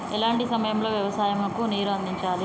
ఎలాంటి సమయం లో వ్యవసాయము కు నీరు అందించాలి?